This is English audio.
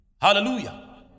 Hallelujah